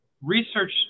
research